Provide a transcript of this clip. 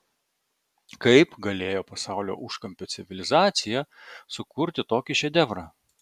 kaip galėjo pasaulio užkampio civilizacija sukurti tokį šedevrą